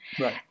Right